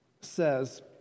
says